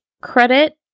credit